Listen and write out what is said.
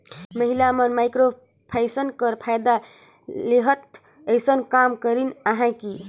महिला मन microfinance कर फएदा लेहत अइसन काम करिन अहें कि